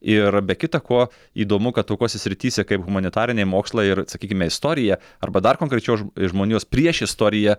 ir be kita ko įdomu kad tokiose srityse kaip humanitariniai mokslai ir sakykime istorija arba dar konkrečiau žmonijos priešistorija